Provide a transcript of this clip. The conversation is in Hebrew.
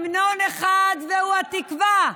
המנון אחד, והוא התקווה,